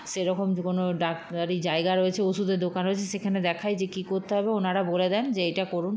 সেরকম কোনো ডাক্তারি জায়গা রয়েছে ওষুধের দোকান রয়েছে সেখানে দেখাই যে কী করতে হবে ওনারা বলে দেন যে এটা করুন